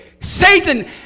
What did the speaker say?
Satan